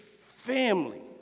family